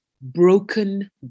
broken